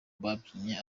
babyinnye